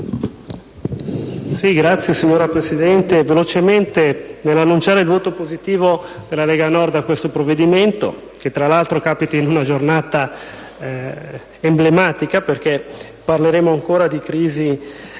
*(LNP)*. Signora Presidente, annuncio il voto favorevole della Lega Nord a questo provvedimento, che tra l'altro capita in una giornata emblematica, perché parleremo ancora di crisi